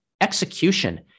execution